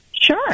Sure